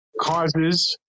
causes